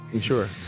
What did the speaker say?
Sure